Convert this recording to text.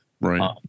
Right